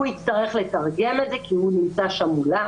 הוא יצטרך לתרגם את זה כי הוא נמצא שם מולה.